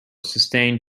sustained